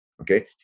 okay